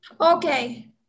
Okay